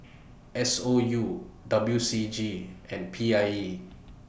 S O U W C G and P I E